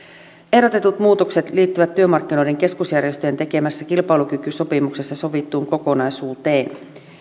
ehdotetut muutokset liittyvät työmarkkinoiden keskusjärjestöjen tekemässä kilpailukykysopimuksessa sovittuun kokonaisuuteen